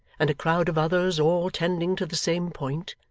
and a crowd of others all tending to the same point,